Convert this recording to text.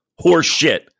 Horseshit